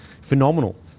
phenomenal